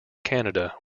canada